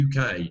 UK